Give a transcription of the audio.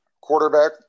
quarterback